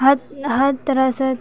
हर हर तरहसँ